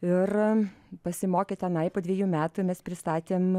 ir pasimokę tenai po dvejų metų mes pristatėm